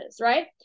right